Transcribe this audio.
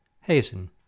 Hasten